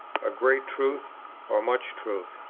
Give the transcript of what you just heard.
a great truth or much truth.